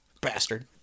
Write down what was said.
bastard